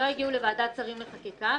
לא הגיעו לוועדת השרים לחקיקה,